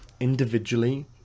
individually